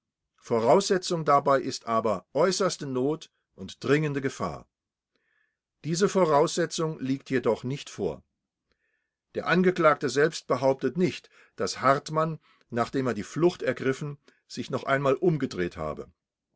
voraussetzung dabei ist aber äußerste not und dringende gefahr diese voraussetzung liegt jedoch nicht vor der angeklagte selbst behauptet nicht daß hartmann nachdem er die flucht ergriffen sich noch einmal umgedreht habe